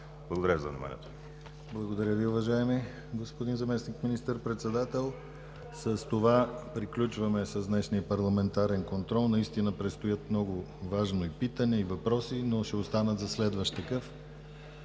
Благодаря Ви, уважаеми господин Заместник министър-председател. С това приключваме с днешния парламентарен контрол. Наистина предстоят много важни питания и въпроси, но ще останат за следващ такъв.